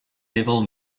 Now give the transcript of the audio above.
level